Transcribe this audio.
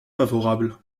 favorable